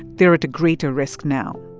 they're at greater risk now.